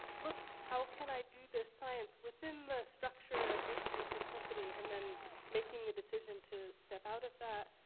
look, how can i do this science within the structure of working with this company, and then making the decision to step out of that,